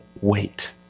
wait